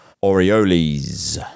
Orioles